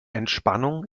entspannung